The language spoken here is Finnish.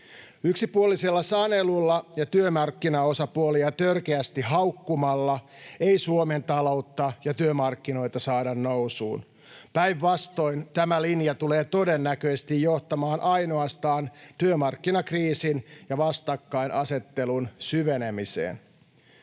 Yksipuolisella sanelulla ja työmarkkinaosapuolia törkeästi haukkumalla ei Suomen taloutta ja työmarkkinoita saada nousuun, päinvastoin tämä linja tulee todennäköisesti johtamaan ainoastaan työmarkkinakriisin ja vastakkainasettelun syvenemiseen.